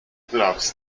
gloves